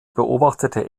beobachtete